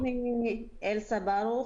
שמי אלסה ברוך